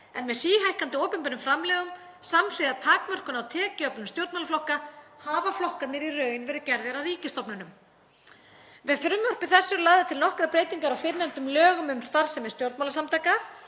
en með síhækkandi opinberum framlögum samhliða takmörkun á tekjuöflun stjórnmálaflokka hafa flokkarnir í raun verið gerðir að ríkisstofnunum. Með frumvarpi þessu eru lagðar til nokkrar breytingar á fyrrnefndum lögum um starfsemi stjórnmálasamtaka,